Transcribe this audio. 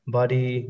body